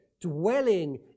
dwelling